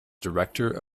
director